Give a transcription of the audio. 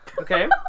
Okay